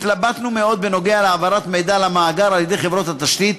התלבטנו מאוד בנוגע להעברת מידע למאגר על-ידי חברות התשתית.